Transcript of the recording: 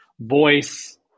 Voice